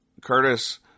Curtis